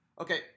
Okay